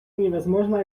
невозможно